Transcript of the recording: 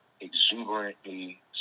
exuberantly